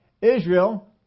Israel